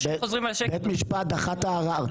בית משפט דחה את הערר.